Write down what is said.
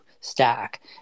stack